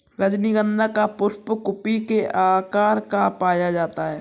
रजनीगंधा का पुष्प कुपी के आकार का पाया जाता है